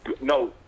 No